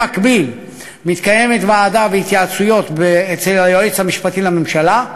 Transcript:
במקביל מתקיימת ועדה ויש התייעצויות אצל היועץ המשפטי לממשלה,